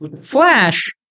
flash